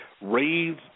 raise